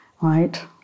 right